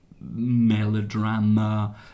melodrama